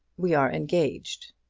we are engaged.